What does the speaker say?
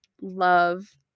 love